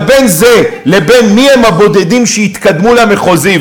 אבל בין זה לבין מי הם הבודדים שיתקדמו למחוזי,